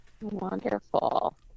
Wonderful